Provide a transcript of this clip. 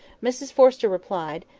mrs forrester replied,